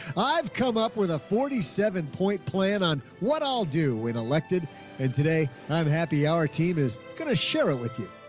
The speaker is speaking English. i've come up with a forty seven point plan on what i'll do when elected and today i'm happy. our team is going to share it with you.